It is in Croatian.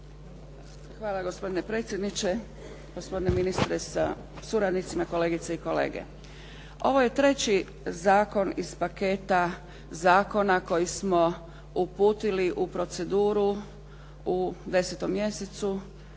Hvala gospodine predsjedniče, gospodine ministre sa suradnicima, kolegice i kolege. Ovo je treći zakon iz paketa zakona koji smo uputili u proceduru u 10. mjesecu